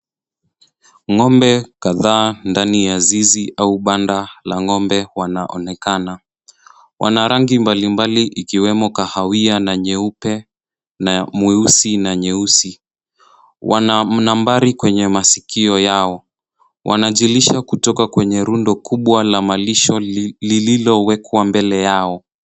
Ng'ombe kadhaa ndani ya zizi au banda la ng'ombe wanaonekana. Wana rangi mbalimbali ikiwemo kahawia na nyeupe na mweusi na nyeusi. Wana nambari kwenye masikio yao. Wanajilisha kutoka kwenye rundo kubwa la malisho lililowekwa mbele yao.